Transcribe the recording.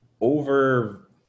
over